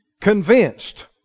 Convinced